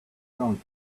drunk